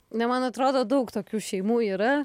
ne man atrodo daug tokių šeimų yra